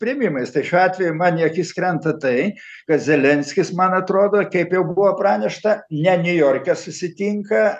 priėmimais tai šiuo atveju man į akis krenta tai kad zelenskis man atrodo kaip jau buvo pranešta ne niujorke susitinka